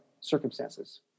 circumstances